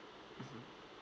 mmhmm